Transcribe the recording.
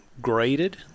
graded